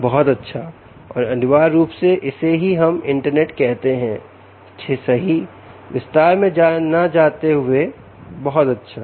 बहुत अच्छा और अनिवार्य रूप से इसे ही हम इंटरनेट कहते हैं सही विस्तार में ना जाते हुए बहुत अच्छा